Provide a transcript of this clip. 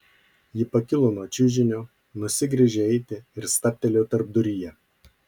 ji pakilo nuo čiužinio nusigręžė eiti ir stabtelėjo tarpduryje